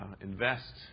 invest